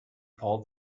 pull